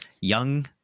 young